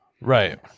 Right